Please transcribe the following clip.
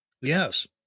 Yes